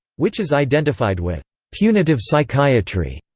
which is identified with punitive psychiatry,